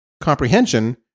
Comprehension